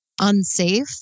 unsafe